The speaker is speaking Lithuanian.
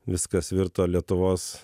viskas virto lietuvos